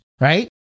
right